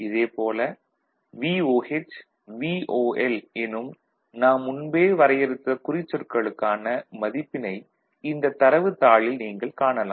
இதேபோல் VOH VOL எனும் நாம் முன்பே வரையறுத்த குறிச்சொற்களுக்கான மதிப்பினை இந்த தரவுத்தாளில் நீங்கள் காணலாம்